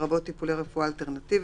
לרבות טיפולי רפואה אלטרנטיבית,